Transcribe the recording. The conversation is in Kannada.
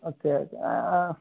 ಓಕೆ ಓಕೆ ಹಾಂ ಹಾಂ